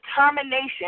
determination